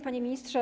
Panie Ministrze!